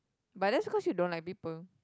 but that's cause you don't like people